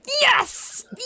Yes